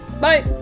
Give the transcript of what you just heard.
bye